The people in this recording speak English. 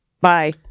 Bye